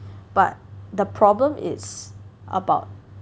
but the problem is about